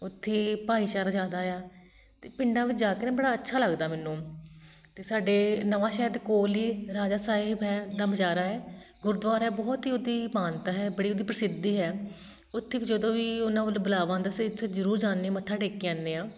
ਉੱਥੇ ਭਾਈਚਾਰਾ ਜ਼ਿਆਦਾ ਆ ਅਤੇ ਪਿੰਡਾਂ ਵਿੱਚ ਜਾ ਕੇ ਨਾ ਬੜਾ ਅੱਛਾ ਲੱਗਦਾ ਮੈਨੂੰ ਅਤੇ ਸਾਡੇ ਨਵਾਂਸ਼ਹਿਰ ਦੇ ਕੋਲ ਹੀ ਰਾਜਾ ਸਾਹਿਬ ਹੈ ਦਾ ਮਜਾਰਾ ਹੈ ਗੁਰਦੁਆਰਾ ਬਹੁਤ ਹੀ ਉਹਦੀ ਮਾਨਤਾ ਹੈ ਬੜੀ ਉਹਦੀ ਪ੍ਰਸਿੱਧੀ ਹੈ ਉੱਥੇ ਵੀ ਜਦੋਂ ਵੀ ਉਹਨਾਂ ਵੱਲੋਂ ਬੁਲਾਵਾ ਆਉਂਦਾ ਅਸੀਂ ਉੱਥੇ ਜ਼ਰੂਰ ਜਾਂਦੇ ਮੱਥਾ ਟੇਕ ਕੇ ਆਉਂਦੇ ਹਾਂ